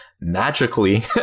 magically